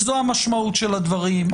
זו המשמעות של הדברים.